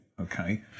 okay